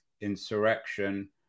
insurrection